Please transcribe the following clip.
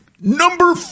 Number